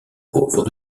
pauvre